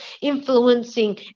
influencing